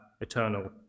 eternal